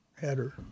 header